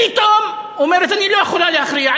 פתאום אומרת: אני לא יכולה להכריע,